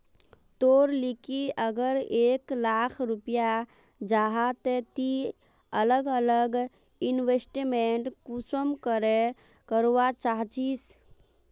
तोर लिकी अगर एक लाख रुपया जाहा ते ती अलग अलग इन्वेस्टमेंट कुंसम करे करवा चाहचिस?